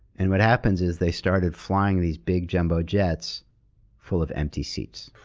and what happens is they started flying these big jumbo jets full of empty seats.